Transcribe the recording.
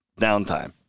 downtime